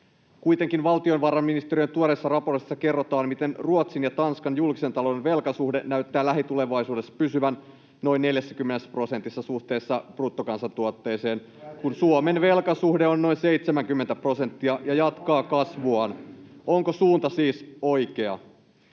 Kuitenkin valtiovarainministeriön tuoreessa raportissa kerrotaan, miten Ruotsin ja Tanskan julkisen talouden velkasuhde näyttää lähitulevaisuudessa pysyvän noin 40 prosentissa suhteessa bruttokansantuotteeseen, kun Suomen velkasuhde on noin 70 prosenttia [Paavo Arhinmäen välihuuto] ja jatkaa kasvuaan. Onko suunta siis oikea?